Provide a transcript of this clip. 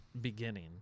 beginning